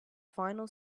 final